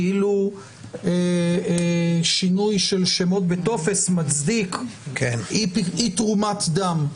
כאילו שינוי של שמות בטופס מצדיק אי תרומת דם.